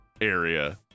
area